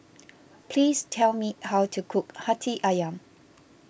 please tell me how to cook Hati Ayam